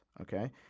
okay